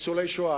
ניצולי שואה.